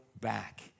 back